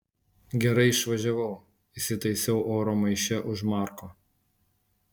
gerai išvažiavau įsitaisiau oro maiše už marko